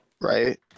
Right